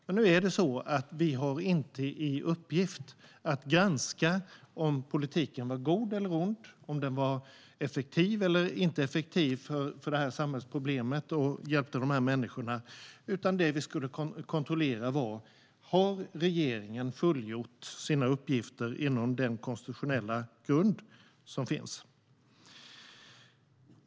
Men vi har inte i uppgift att granska om politiken var god eller ond, om den var effektiv eller inte i fråga om detta samhällsproblem och hjälpte dessa människor. Det som vi skulle kontrollera var om regeringen har fullgjort sina uppgifter inom den konstitutionella grund som finns.